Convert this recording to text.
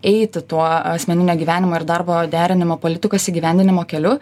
eiti tuo asmeninio gyvenimo ir darbo derinimo politikos įgyvendinimo keliu